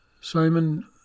Simon